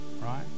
right